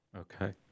Okay